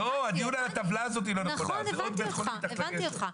וזה נכון וזה חשוב,